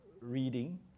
reading